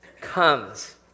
comes